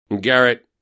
Garrett